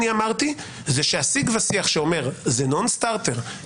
שפעלה בכנסת הקודמת,